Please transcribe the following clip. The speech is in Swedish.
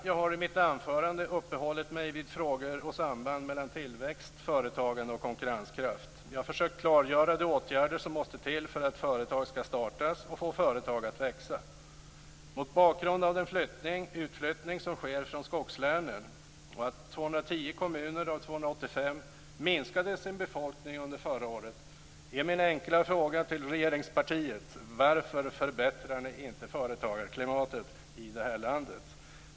Jag har i mitt anförande uppehållit mig vid frågor om och samband mellan tillväxt, företagande och konkurrenskraft, och jag har försökt att klargöra de åtgärder som måste till för att företag skall startas och för att få företag att växa. Mot bakgrund av den utflyttning som sker från skogslänen och av att befolkningen förra året minskade i 210 av 285 kommuner är min enkla fråga till regeringspartiet: Varför förbättrar ni inte företagarklimatet i det här landet?